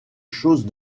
chose